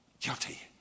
Guilty